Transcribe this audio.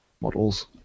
models